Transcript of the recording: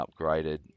upgraded